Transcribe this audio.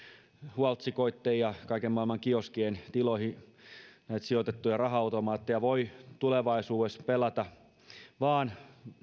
huoltsikoitten ja kaiken maailman kioskien tiloihin sijoitettuja raha automaatteja voi tulevaisuudessa pelata vain